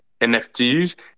nfts